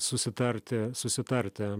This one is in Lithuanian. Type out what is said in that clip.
susitarti susitarti